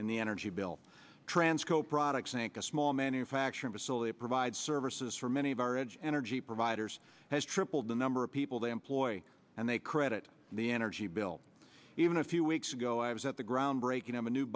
in the energy bill transco products inc a small manufacturing facility provides services for many of our edge energy providers has tripled the number of people they employ and they credit the energy bill even a few weeks ago i was at the groundbreaking of a new